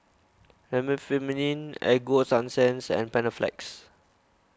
Remifemin Ego Sunsense and Panaflex